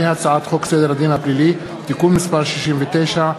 הצעת חוק סדר הדין הפלילי (תיקון מס' 69),